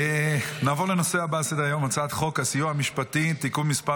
נעבור לנושא הבא על סדר-היום: הצעת חוק הסיוע המשפטי (תיקון מס'